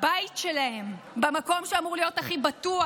בבית שלהן, במקום שהיה אמור להיות הכי בטוח.